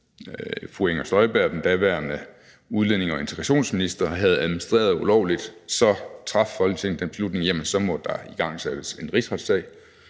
at fru Inger Støjberg, den daværende udlændinge- og integrationsminister, havde administreret ulovligt, hvor Folketinget traf den beslutning, at der så måtte igangsættes en rigsretssag.